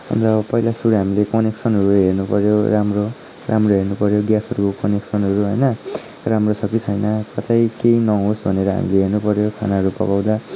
अन्त पहिला सुरु हामीले कनेक्सनहरू हेर्नुपऱ्यो राम्रो राम्रो हेर्नुपऱ्यो ग्यासहरूको कनेक्सनहरू होइन राम्रो छ कि छैन कतै केही नहोस् भनेर हामीले हेर्नुपऱ्यो खानाहरू पकाउँदा